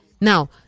Now